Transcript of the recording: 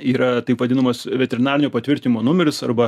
yra taip vadinamas veterinarinio patvirtinimo numeris arba